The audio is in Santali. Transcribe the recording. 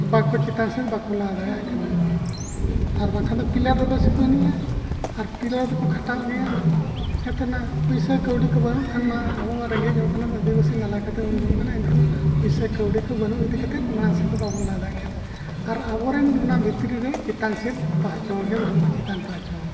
ᱵᱟᱠᱚ ᱪᱮᱛᱟᱱ ᱥᱮᱫ ᱵᱟᱠᱚ ᱞᱟᱦᱟ ᱫᱟᱲᱮᱭᱟᱜ ᱠᱟᱱᱟ ᱟᱨ ᱵᱟᱝᱠᱷᱟᱱ ᱫᱚ ᱫᱚ ᱵᱮᱥ ᱜᱮᱠᱚ ᱮᱱᱮᱡᱟ ᱟᱨ ᱫᱚᱠᱚ ᱠᱷᱟᱴᱟᱣ ᱜᱮᱭᱟ ᱡᱟᱛᱮ ᱚᱱᱟ ᱯᱩᱭᱥᱟᱹ ᱠᱟᱹᱣᱰᱤ ᱠᱚ ᱵᱟᱹᱱᱩᱜ ᱠᱷᱟᱱ ᱢᱟ ᱟᱵᱚ ᱢᱟ ᱨᱮᱸᱜᱮᱡ ᱦᱚᱲ ᱠᱟᱱᱟ ᱵᱚ ᱟᱫᱤᱵᱟᱥᱤ ᱱᱟᱞᱦᱟ ᱠᱟᱛᱮᱫ ᱵᱚᱱ ᱡᱚᱢ ᱠᱟᱱᱟ ᱮᱱᱠᱷᱟᱱ ᱯᱩᱭᱥᱟᱹ ᱠᱟᱹᱣᱰᱤ ᱠᱚ ᱵᱟᱹᱱᱩᱜ ᱤᱫᱤ ᱠᱟᱛᱮᱫ ᱢᱟᱲᱟᱝ ᱥᱮᱫ ᱫᱚ ᱵᱟᱵᱚᱱ ᱞᱟᱦᱟ ᱫᱟᱲᱮᱭᱟᱜ ᱠᱟᱱᱟ ᱟᱨ ᱟᱵᱚᱨᱮᱱ ᱚᱱᱟ ᱵᱷᱤᱛᱨᱤ ᱨᱮ ᱪᱮᱛᱟᱱ ᱥᱮᱫ ᱯᱟᱪᱦᱚᱲ ᱜᱮ ᱵᱟᱹᱱᱩᱜᱼᱟ ᱪᱮᱛᱟᱱ ᱯᱟᱪᱦᱚᱲ